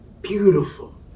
beautiful